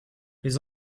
les